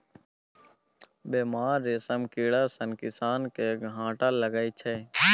बेमार रेशम कीड़ा सँ किसान केँ घाटा लगै छै